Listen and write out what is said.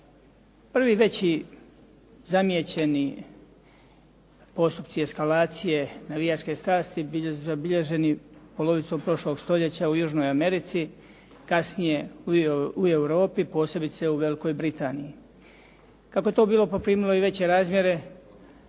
Prvi veći zamijećeni postupci eskalacije, navijačke strasti zabilježeni polovicom prošlog stoljeća u Južnoj Americi, kasnije i u Europi, posebice u Velikoj Britaniji. Kako je to bilo poprimilo veće razmjere,